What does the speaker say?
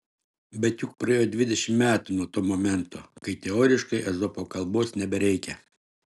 bet juk praėjo dvidešimt metų nuo to momento kai teoriškai ezopo kalbos nebereikia